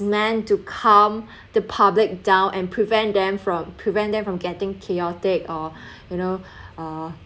meant to calm the public down and prevent them from prevent them from getting chaotic or you know or